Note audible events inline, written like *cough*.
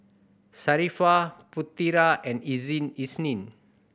Sharifah Putera and *unintelligible* Isnin